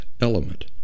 element